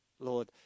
Lord